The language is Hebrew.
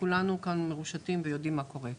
כולנו כאן מרושתים ויודעים מה קורה.